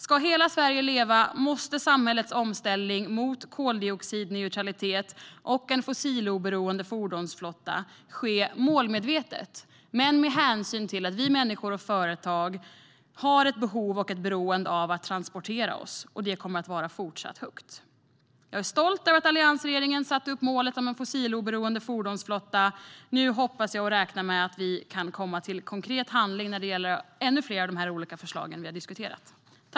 Ska hela Sverige leva måste samhällets omställning mot koldioxidneutralitet och en fossiloberoende fordonsflotta ske målmedvetet, men med hänsyn till att vi människor och företag har ett behov och ett beroende av att kunna transportera oss, och det kommer fortsatt att vara stort. Jag är stolt över att alliansregeringen satte upp målet om en fossiloberoende fordonsflotta. Nu hoppas jag och räknar med att vi kan komma till konkret handling när det gäller ännu fler av de olika förslag som vi har diskuterat.